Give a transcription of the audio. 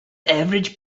average